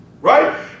Right